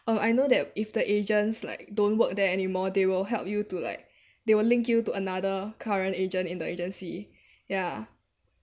um I know that if the agents like don't work there anymore they will help you to like they will link you to another current agent in the agency ya